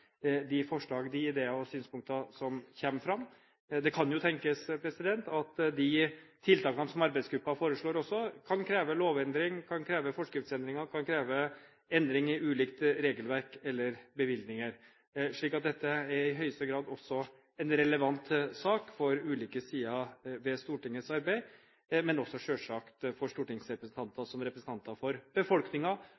de forslag, ideer og synspunkter som kommer fram. Det kan jo tenkes at de tiltakene som arbeidsgruppen foreslår, også kan kreve lovendring, forskriftsendringer, endring i ulikt regelverk eller bevilgninger. Så dette er i høyeste grad en relevant sak for ulike sider ved Stortingets arbeid, men også selvsagt for stortingsrepresentanter